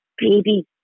baby